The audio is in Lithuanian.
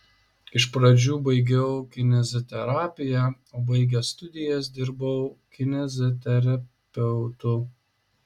iš pradžių baigiau kineziterapiją o baigęs studijas dirbau kineziterapeutu